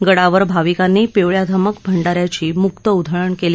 गडावर भाविकांनी पिवळ्याधमक भंडाऱ्याची मुक्त उधळण केली